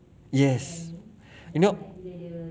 yes you know